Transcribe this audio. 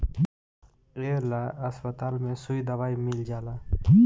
ए ला अस्पताल में सुई दवाई मील जाला